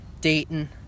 Dayton